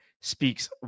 speaks